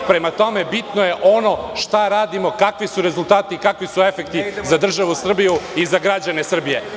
Prema tome, bitno je ono šta radimo, kakvi su rezultati i kakvi su efekti za državu Srbiju i za građane Srbije.